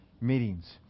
meetings